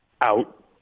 Out